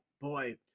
boy